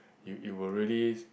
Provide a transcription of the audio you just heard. it it will really s~